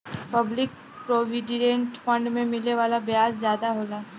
public provident fund पे मिले वाला ब्याज जादा होला